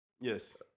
yes